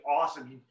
awesome